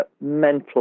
mental